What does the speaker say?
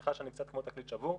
וסליחה שאני קצת כמו תקליט שבור.